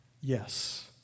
Yes